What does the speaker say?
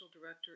director